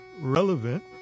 relevant